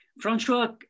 Francois